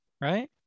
right